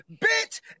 bit